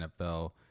NFL